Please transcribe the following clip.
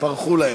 כבר עפו.